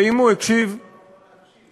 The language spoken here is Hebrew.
ואם הוא הקשיב, הקשיב,